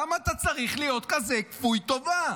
למה אתה צריך להיות כזה כפוי טובה?